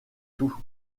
tout